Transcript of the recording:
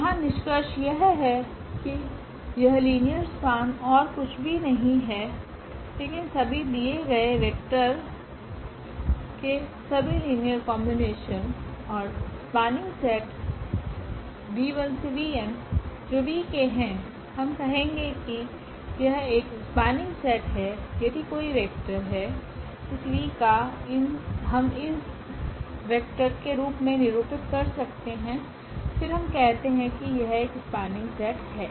यहाँ निष्कर्ष यह है कि यह लीनियर स्पान ओर कुछ भी नहीं है लेकिन सभी दिए गए वेक्टर के सभी लीनियर कॉम्बिनेशन और स्पनिंग सेट 𝑣12𝑣𝑛 जो v के हैं हम कहेंगे कि यह एक स्पनिंग सेट है यदि कोई वेक्टर है इस v का हम इन वेक्टर के रूप में निरूपित कर सकते हैं फिर हम कहते हैं कि यह एक स्पनिंग सेट है